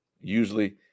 Usually